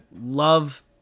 love